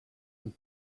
time